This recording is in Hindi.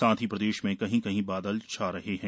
साथ ही प्रदेश में कहीं कहीं बादल छा रहे हैं